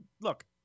look